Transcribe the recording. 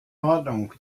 ordnung